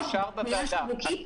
לאיזה סעיף את מכוונת?